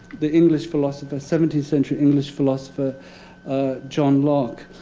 the english philosopher seventeenth century english philosopher john locke.